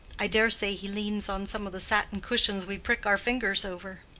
i dare say he leans on some of the satin cushions we prick our fingers over.